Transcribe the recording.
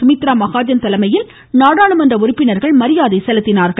சுமித்ரா மகாஜன் தலைமையில் நாடாளுமன்ற உறுப்பினர்கள் மரியாதை செலுத்தினார்கள்